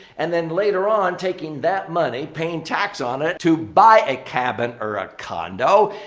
and then later on taking that money paying tax on it to buy a cabin or a condo.